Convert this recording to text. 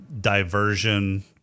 diversion